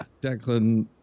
Declan